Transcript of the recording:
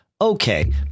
Okay